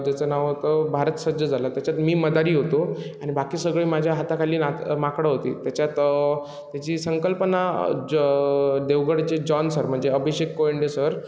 ज्याचं नाव होतं भारत सज्ज झाला त्याच्यात मी मदारी होतो आणि बाकी सगळे माझ्या हाताखाली माक माकडं होती त्याच्यात त्याची संकल्पना ज देवगडचे जॉन सर म्हणजे अभिषेक कोयंडे सर